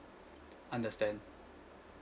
understand